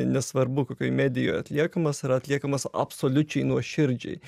nesvarbu kokioj medijoj atliekamas yra atliekamas absoliučiai nuoširdžiai